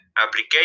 application